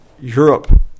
Europe